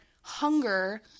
hunger